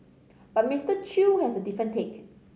but Mister Chew has a different take